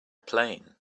plane